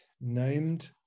named